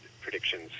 predictions